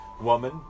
Woman